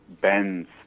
bends